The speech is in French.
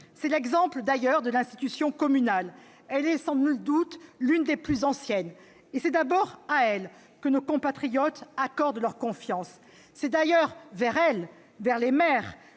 En témoigne d'ailleurs l'institution communale : elle est sans doute l'une des plus anciennes, et c'est d'abord à elle que nos compatriotes accordent leur confiance. C'est vers elle, vers les maires